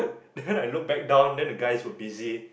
then I look back down then the guys were busy